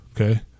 okay